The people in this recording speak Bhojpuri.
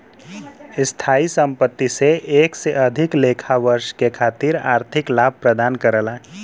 स्थायी संपत्ति से एक से अधिक लेखा वर्ष के खातिर आर्थिक लाभ प्रदान करला